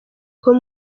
kuba